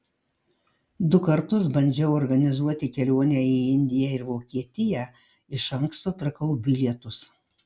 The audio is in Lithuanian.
du kartus bandžiau organizuoti kelionę į indiją ir vokietiją iš anksto pirkau bilietus